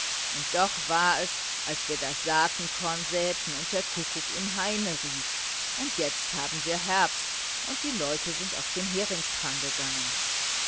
und doch war es als wir das saatenkorn säten und der kuckuck im haine rief und jetzt haben wir herbst und die leute sind auf den heringsfang gegangen